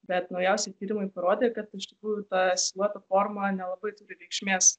bet naujausi tyrimai parodė kad iš tikrųjų ta silueto forma nelabai turi reikšmės